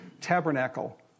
tabernacle